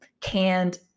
canned